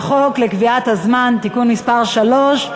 החוק לקביעת הזמן (תיקון מס' 3),